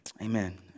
Amen